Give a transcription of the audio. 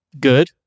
good